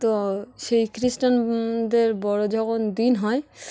তো সেই খ্রিস্টানদের বড়ো যখন দিন হয়